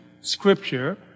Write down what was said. Scripture